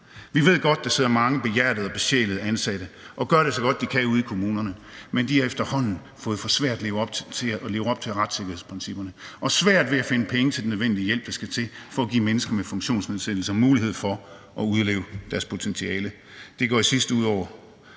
Vi ved godt, at der sidder mange behjertede og besjælede ansatte, som gør det så godt, de kan, ude i kommunerne, men de har efterhånden fået for svært ved at leve op til retssikkerhedsprincipperne og for svært ved at finde penge til den nødvendige hjælp, der skal til for at give mennesker med funktionsnedsættelser mulighed for at udleve deres potentiale. Det går i sidste